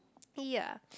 ya